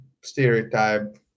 stereotype